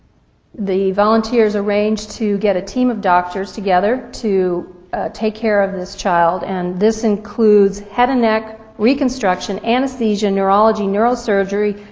the volunteers arranged to get a team of doctors together to take care of this child, and this includes head and neck reconstruction, anesthesia, neurology, neurosurgery,